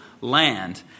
land